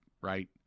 right